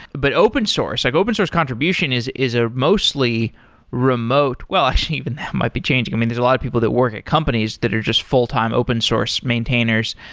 but open source, like open source contribution is is a mostly remote. well, actually even that might be changing. i mean, there're a lot of people that work at companies that are just full-time open source maintainers.